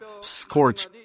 scorch